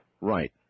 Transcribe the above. right